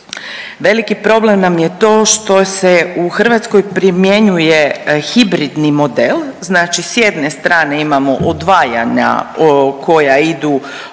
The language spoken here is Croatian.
Veliki problem nam je to što se u Hrvatskoj primjenjuje hibridni model. Znači sa jedne strane imamo odvajanja koja idu u HZZO,